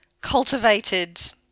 cultivated